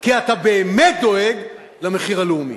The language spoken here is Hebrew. כי אתה באמת דואג למחיר הלאומי.